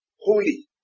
holy